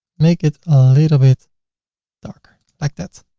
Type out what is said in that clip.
make it a little bit darker like that.